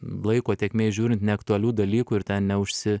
laiko tėkmėj žiūrint neaktualių dalykų ir ten neužsi